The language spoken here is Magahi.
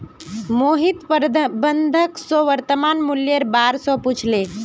मोहित प्रबंधक स वर्तमान मूलयेर बा र पूछले